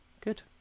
good